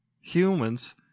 Humans